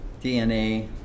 DNA